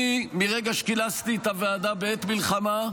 אני, מרגע שכינסתי את הוועדה בעת מלחמה,